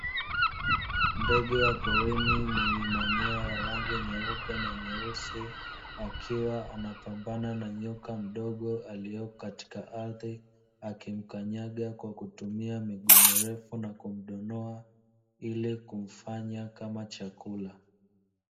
Ndege wa porini mwenye manyoya ya rangi nyeupe na nyeusi, akiwa anapambana na nyoka mdogo aliyo katika ardhi, akimkanyaga kwa kutumia miguu mirefu na kumdonoa, ili kumfanya kama chakula.